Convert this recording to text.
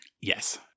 Yes